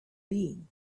been